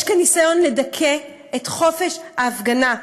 יש כאן ניסיון לדכא את חופש ההפגנה.